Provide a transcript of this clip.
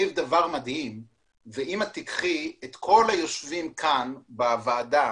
אם תיקחי את כל היושבים כאן בוועדה